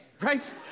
right